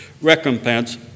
recompense